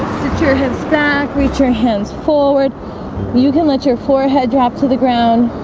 sure heads back reach your hands forward you can let your forehead drop to the ground